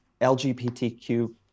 lgbtq